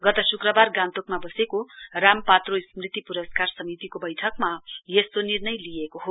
गत शुक्रवार गान्तोकमा बसेको राम पात्रो स्मृति पुरस्कार समितिको बैठकमा यस्तो निर्णय लिइएको हो